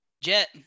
Jet